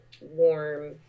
warm